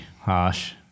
harsh